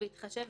בהתחשב,